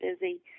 busy